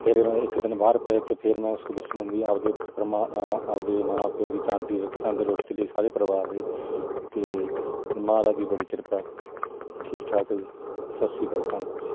ਫਿਰ ਮੈਂ ਇੱਕ ਦਿਨ ਬਾਹਰ ਪਏ 'ਤੇ ਫਿਰ ਮੈਂ ਉਸ ਤੋਂ ਵਿਸ਼ ਮੰਗੀ ਆਪਣੇ ਪਰਮਾ ਆ ਆਪਣੇ ਮਾਂ ਪਿਓ ਦੀ ਤਨ ਦੀ ਤੰਦਰੁਸਤੀ ਲਈ ਸਾਰੇ ਪਰਿਵਾਰ ਲਈ ਅਤੇ ਪਰ ਮਹਾਰਾਜ ਦੀ ਬੜੀ ਕਿਰਪਾ ਠੀਕ ਠਾਕ ਹੈ ਜੀ ਸਤਿ ਸ਼੍ਰੀ ਅਕਾਲ ਜੀ ਧੰਨਵਾਦ ਜੀ